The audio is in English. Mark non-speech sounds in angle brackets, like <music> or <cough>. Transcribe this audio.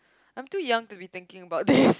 I'm too young to be thinking about this <laughs>